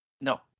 No